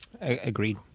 Agreed